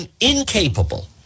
incapable